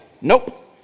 nope